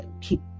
keep